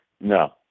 no